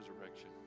resurrection